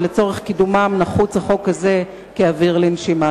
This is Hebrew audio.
ולצורך קידומם נחוץ החוק הזה כאוויר לנשימה.